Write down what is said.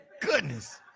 goodness